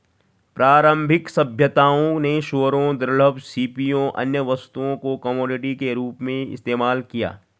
प्रारंभिक सभ्यताओं ने सूअरों, दुर्लभ सीपियों, अन्य वस्तुओं को कमोडिटी के रूप में इस्तेमाल किया